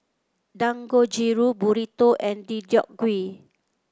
Dangojiru Burrito and Deodeok Gui